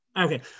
okay